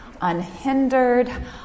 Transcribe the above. unhindered